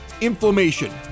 inflammation